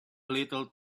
little